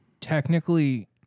technically